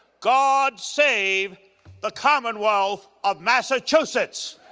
god save the commonwealth of massachusetts!